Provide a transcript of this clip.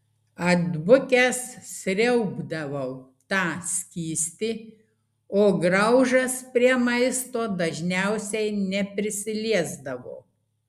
atbukęs sriaubdavau tą skystį o graužas prie maisto dažniausiai neprisiliesdavo